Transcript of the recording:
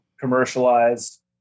commercialized